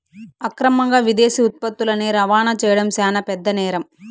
అక్రమంగా విదేశీ ఉత్పత్తులని రవాణా చేయడం శాన పెద్ద నేరం